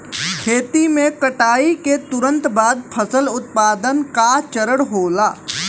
खेती में कटाई के तुरंत बाद फसल उत्पादन का चरण होला